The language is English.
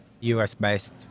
US-based